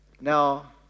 now